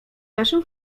naszym